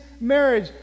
marriage